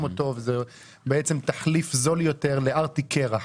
אותו וזה תחליף זול יותר לארטיק קרח.